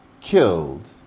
killed